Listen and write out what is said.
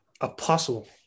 apostle